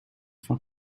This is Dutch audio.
van